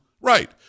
Right